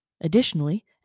Additionally